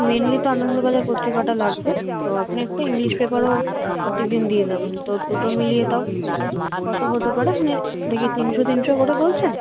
mainly তো আনন্দবাজার পত্রিকাটা লাগবে তো আপনি একটা ইংলিশ পেপারও প্রত্যেক দিন দিয়ে যাবেন তো দুটো মিলিয়ে তাও কতো হতে পারে মানে এটা কি তিনশো তিনশো করে বলছেন